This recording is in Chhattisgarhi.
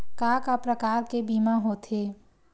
का का प्रकार के बीमा होथे?